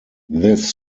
this